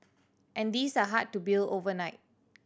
and these are hard to build overnight